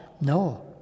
No